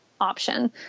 option